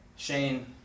Shane